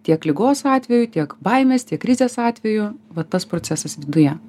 tiek ligos atveju tiek baimės tiek krizės atveju vat tas procesas viduje